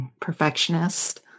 Perfectionist